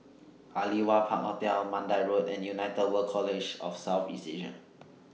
Aliwal Park Hotel Mandai Road and United World College of South East Asia